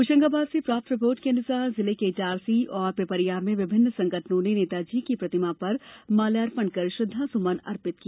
होषंगाबाद से प्राप्त रिपोर्ट के अनुसार जिले के इटारसी और पिपरिया में विभिन्न संगठनों ने नेताजी की प्रतिमा पर माल्यार्पण कर श्रद्वांजलि अर्पित की